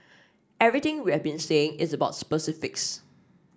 everything we have been saying is about specifics